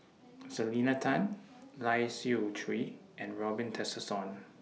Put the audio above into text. Selena Tan Lai Siu Chiu and Robin Tessensohn